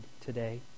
today